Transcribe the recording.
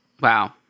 Wow